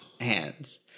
hands